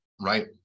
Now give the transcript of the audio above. Right